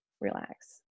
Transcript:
relax